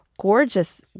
gorgeous